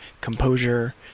composure